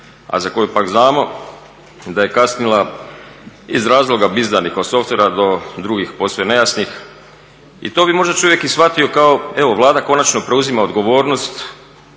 a za koju pak znamo da je kasnila iz razloga bizarnih od softvera do drugih posve nejasnih. I to bi možda čovjek i shvatio kao evo Vlada konačno preuzima odgovornost,